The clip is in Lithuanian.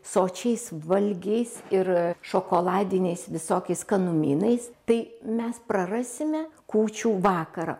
sočiais valgiais ir šokoladiniais visokiais skanumynais tai mes prarasime kūčių vakarą